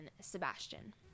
sebastian